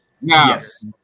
Yes